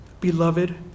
beloved